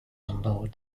unload